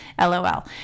LOL